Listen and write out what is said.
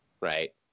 right